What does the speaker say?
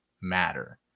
matter